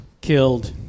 Killed